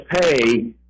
pay